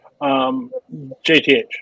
JTH